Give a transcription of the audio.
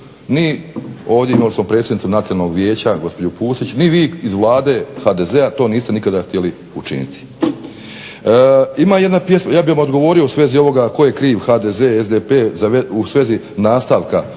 mi ovdje imali smo predsjednicu Nacionalnog vijeća, gospođu Pusić, ni vi iz Vlade HDZ-a to niste nikada htjeli učiniti. Ima jedna pjesma, ja bi vam odgovorio u svezi ovoga ko je kriv, HDZ, SDP, u svezi nastavka